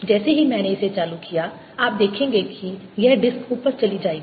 जैसे ही मैंने इसे चालू किया आप देखेंगे कि यह डिस्क ऊपर चली जाएगी